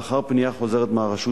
לאחר פנייה חוזרת מהרשות,